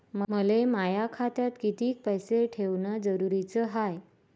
मले माया खात्यात कितीक पैसे ठेवण जरुरीच हाय?